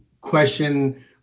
question